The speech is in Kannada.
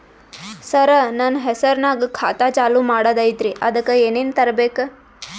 ಸರ, ನನ್ನ ಹೆಸರ್ನಾಗ ಖಾತಾ ಚಾಲು ಮಾಡದೈತ್ರೀ ಅದಕ ಏನನ ತರಬೇಕ?